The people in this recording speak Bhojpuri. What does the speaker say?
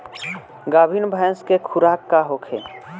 गाभिन भैंस के खुराक का होखे?